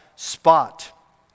spot